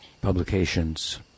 publications